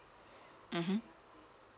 mmhmm